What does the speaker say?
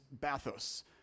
bathos